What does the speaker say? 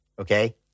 okay